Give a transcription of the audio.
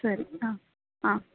ಸರಿ ಹಾಂ ಹಾಂ